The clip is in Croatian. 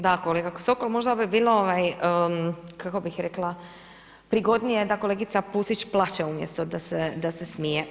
Da kolega Sokol, možda bi bilo kako bih rekla prigodnije da kolegica Pusić plače umjesto da se smije.